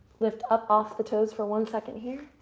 lift up off the toes for one second here.